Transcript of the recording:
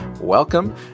Welcome